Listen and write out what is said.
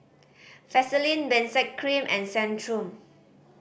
Vaselin Benzac Cream and Centrum